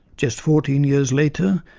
just fourteen years later,